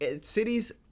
cities –